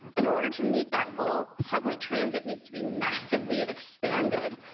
in order to meet that goal, public transit needs to be massively expanded.